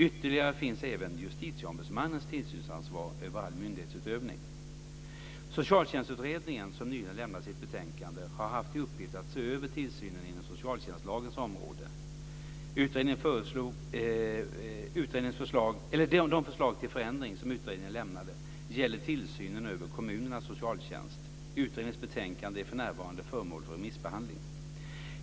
Ytterst finns även Justitieombudsmannens tillsynsansvar över all myndighetsutövning. Socialtjänstutredningen som nyligen lämnat sitt betänkande har haft till uppgift att se över tillsynen inom socialtjänstlagens område. De förslag till förändring som utredningen lämnade gäller tillsynen över kommunernas socialtjänst. Utredningens betänkande är för närvarande föremål för remissbehandling.